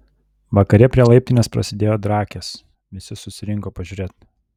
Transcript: vakare prie laiptinės prasidėjo drakės visi susirinko pažiūrėt